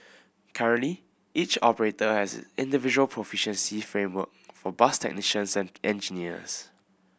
currently each operator has individual proficiency framework for bus technicians and engineers